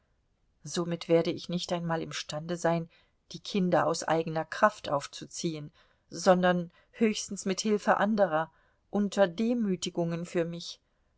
somit werde ich nicht einmal imstande sein die kinder aus eigener kraft aufzuziehen sondern höchstens mit hilfe anderer unter demütigungen für mich